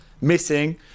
missing